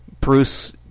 Bruce